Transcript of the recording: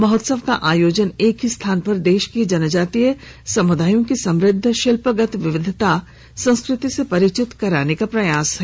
महोत्सव का आयोजन एक ही स्थान पर देश के जनजातीय समुदायों की समुद्व शिल्पगत विविधता संस्कृति से परिचित कराने का प्रयास है